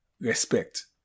respect